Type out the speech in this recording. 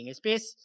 space